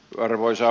karvoissa